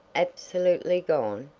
absolutely gone?